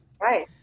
Right